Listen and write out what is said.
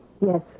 Yes